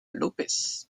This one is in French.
lopes